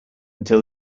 until